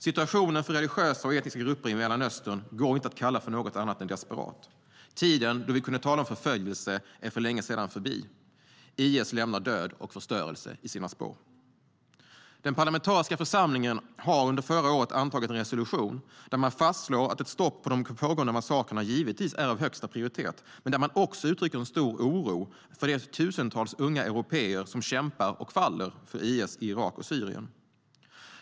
Situationen för religiösa och etniska grupper i Mellanöstern går inte att kalla för något annat än desperat. Tiden då vi kunde tala om förföljelse är sedan länge förbi. IS lämnar död och förstörelse i sina spår. Den parlamentariska församlingen antog under förra året en resolution där man fastslår att ett stopp på de pågående massakrerna givetvis är av högsta prioritet. Man uttrycker också en stor oro för de tusentals unga européer som kämpar och faller för IS i Irak och Syrien.